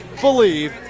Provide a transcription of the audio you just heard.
believe